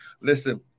Listen